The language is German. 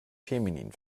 feminin